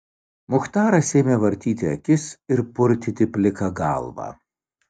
muchtaras ėmė vartyti akis ir purtyti pliką galvą